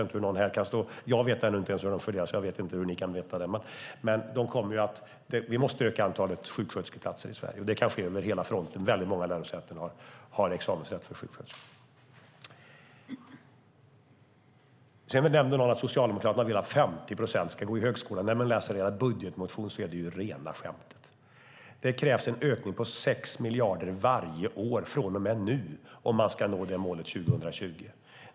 Inte ens jag vet hur de är fördelade, så jag förstår inte hur ni kan veta det. Vi måste öka antalet sjuksköterskeutbildningsplatser i Sverige. Det kan ske över hela landet. Många lärosäten har examensrätt för sjuksköterskor. Någon nämnde att Socialdemokraterna vill att 50 procent ska gå på högskolan. När man läser er budgetmotion är det rena skämtet. Det krävs en ökning med 6 miljarder varje år från och med nu om man ska nå det målet 2020.